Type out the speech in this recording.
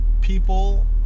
people